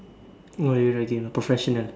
what are you writing a professional